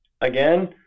again